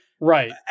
Right